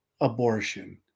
abortion